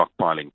stockpiling